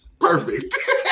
perfect